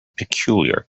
peculiar